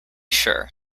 sure